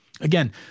Again